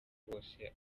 bose